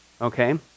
Okay